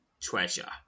Treasure